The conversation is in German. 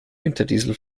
winterdiesel